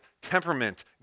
temperament